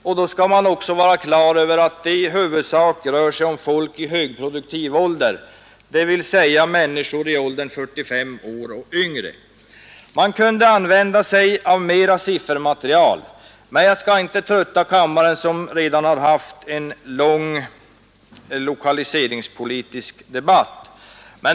Och då skall man också ha klart för sig att det i huvudsak rör sig om folk i högproduktiv ålder, dvs. människor i åldern 45 år och yngre. Man kunde använda mera siffermaterial, men jag skall inte trötta kammaren, som redan har haft en lång lokaliseringspolitisk debatt.